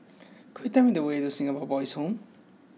could you tell me the way to Singapore Boys' Home